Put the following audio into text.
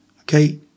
Okay